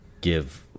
give